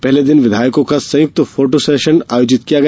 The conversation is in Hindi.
पहले दिन विधायकों का संयुक्त फोटो सेशन आयोजित किया गया